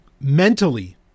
mentally